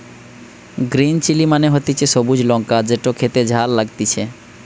green chilli মানে হতিছে সবুজ লঙ্কা যেটো খেতে ঝাল লাগতিছে